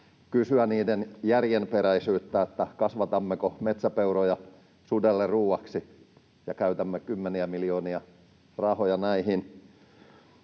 kysyä niiden järjenperäisyyttä ja sitä, kasvatammeko metsäpeuroja sudelle ruoaksi ja käytämme kymmeniä miljoonia rahaa näihin.